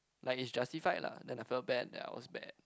like is justified lah then I felt bad that I was bad